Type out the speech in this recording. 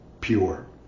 pure